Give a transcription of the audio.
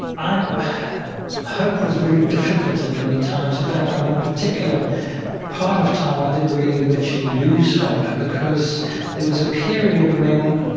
i hope was very difficult in many times. in fact, on one particular part of time, i did really virtually lose hope, because there was a period when